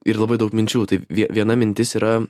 ir labai daug minčių tai viena mintis yra